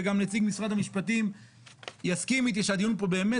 וגם נציג משרד המשפטים יסכים איתי שהדיון פה היה באמת